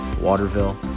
Waterville